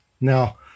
Now